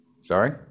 Sorry